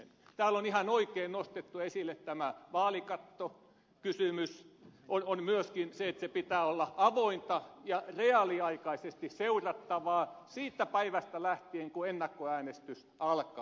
täällä on ihan oikein nostettu esille tämä vaalikattokysymys myöskin se että sen pitää olla avointa ja reaaliaikaisesti seurattavaa siitä päivästä lähtien kun ennakkoäänestys alkaa